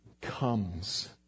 comes